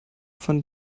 von